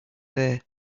there